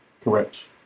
correct